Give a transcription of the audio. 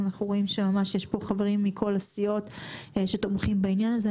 אנחנו רואים שממש יש פה חברים מכל הסיעות שתומכים בעניין הזה.